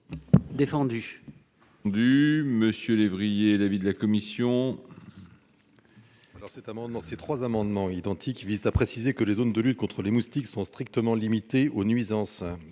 défendu. Quel est l'avis de la commission ? Ces trois amendements identiques visent à préciser que les zones de lutte contre les moustiques sont strictement limitées aux nuisances.